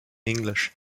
english